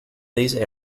these